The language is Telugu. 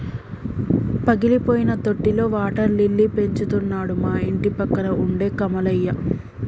పగిలిపోయిన తొట్టిలో వాటర్ లిల్లీ పెంచుతున్నాడు మా ఇంటిపక్కన ఉండే కమలయ్య